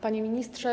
Panie Ministrze!